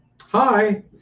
Hi